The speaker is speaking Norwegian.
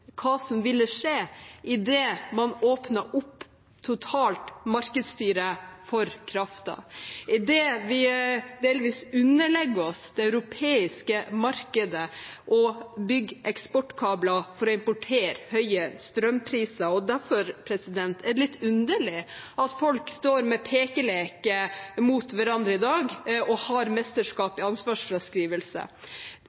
hva som ville skje idet man åpnet opp totalt markedsstyre for kraften, og idet vi delvis underlegger oss det europeiske markedet og bygger eksportkabler for å importere høye strømpriser. Derfor er det litt underlig at folk står og peker på hverandre i dag og har mesterskap